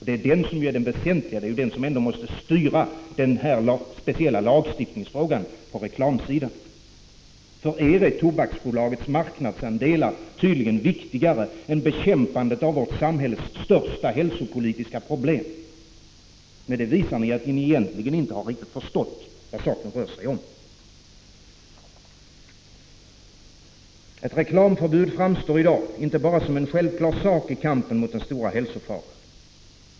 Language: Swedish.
Det är det som är det väsentliga, och det måste styra denna speciella lagstiftningsfråga på reklamsidan. För er är Tobaksbolagets marknadsandelar tydligen viktigare än bekämpandet av vårt samhälles största hälsopolitiska problem. Med det visar ni att ni egentligen inte riktigt förstått vad saken rör sig om. Ett reklamförbud framstår i dag inte bara som en självklar sak i kampen mot den stora hälsofaran.